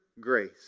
grace